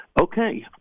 Okay